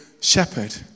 shepherd